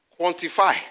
quantify